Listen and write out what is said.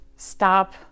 stop